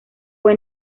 fue